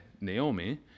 naomi